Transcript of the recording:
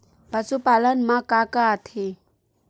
पशुपालन मा का का आथे?